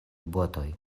botoj